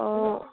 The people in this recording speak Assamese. অঁ